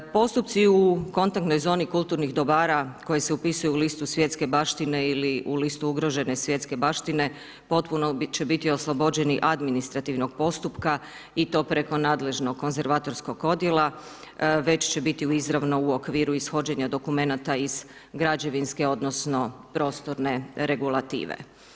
Postupci u kontaktnoj zoni kulturnih dobara koji se upisuju u listu svjetske baštine ili u listu ugrožene svjetske baštine potpuno će biti oslobođeni administrativnog postupka i to preko nadležnog konzervatorskog odjela, već će biti izravno u okviru ishođenja dokumenata iz građevinske, odnosno prostorne regulative.